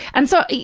and so,